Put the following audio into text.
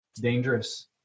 dangerous